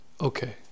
Okay